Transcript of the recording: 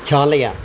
चालय